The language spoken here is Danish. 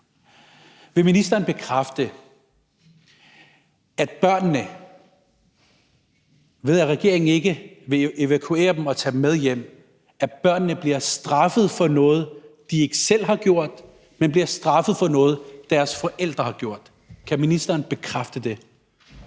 Vil ministeren bekræfte, at børnene, ved at regeringen ikke vil evakuere dem og hente dem hjem, bliver straffet, ikke for noget, de selv har gjort, men for noget, deres forældre har gjort? Kan ministeren bekræfte det?